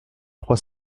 trois